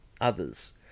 others